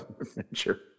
adventure